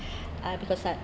ah because I